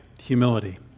humility